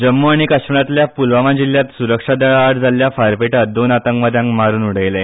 जम्मू आनी काश्मिरातल्या पूलवामा जिल्यात सुरक्षा दळा आड जाल्ल्या फारपेटात दोन आतंकवाद्याक मारून उडयले